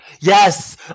Yes